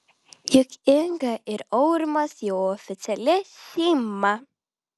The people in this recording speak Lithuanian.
juk inga ir aurimas jau oficiali šeima